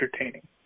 entertaining